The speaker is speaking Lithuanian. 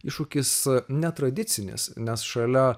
iššūkis netradicinis nes šalia